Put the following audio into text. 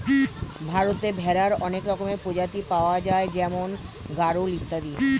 ভারতে ভেড়ার অনেক রকমের প্রজাতি পাওয়া যায় যেমন গাড়ল ইত্যাদি